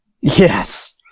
yes